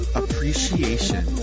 appreciation